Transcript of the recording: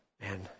Man